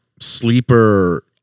sleeper